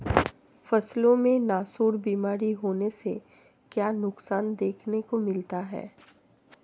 फसलों में नासूर बीमारी होने से क्या नुकसान देखने को मिलता है?